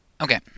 Okay